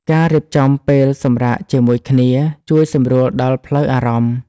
ការរៀបចំពេលសម្រាកជាមួយគ្នា ជួយសម្រួលដល់ផ្លូវអារម្មណ៍។